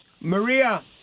Maria